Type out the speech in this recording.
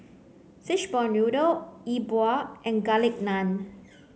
Fishball Noodle E Bua and Garlic Naan